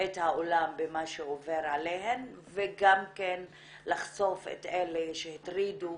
את העולם במה שעובר עליהן וגם לחשוף את אלה שהטרידו,